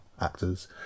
actors